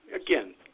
Again